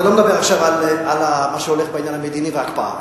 ואני לא מדבר עכשיו על מה שהולך בעניין המדיני וההקפאה,